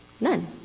None